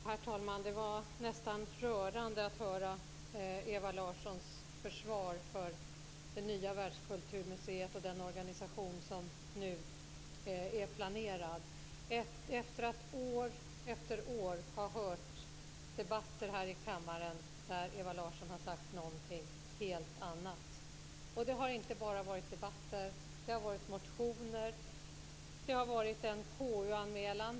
Herr talman! Det var nästan rörande att höra Ewa Larssons försvar för det nya världskulturmuseet och den organisation som nu är planerad, och detta efter att år efter år ha hört debatter här i kammaren då Ewa Larsson har sagt någonting helt annat. Det har inte bara varit debatter, utan det har väckts motioner och gjorts en KU-anmälan.